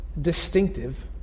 distinctive